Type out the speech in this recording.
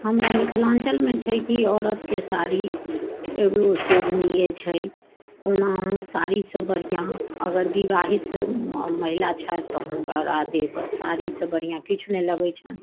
हमरा मिथिलाञ्चलमे छै कि औरतके साड़ी एगो शोभनीय छै ओनाहु साड़ीसँ बढ़िआँ अगर विवाहित महिला छथि तऽ हुनका देह पर साड़ीसँ बढ़िआँ किछु नहि लगैत छनि